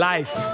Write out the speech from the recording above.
Life